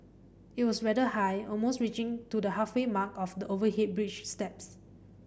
it was rather high almost reaching to the halfway mark of the overhead bridge steps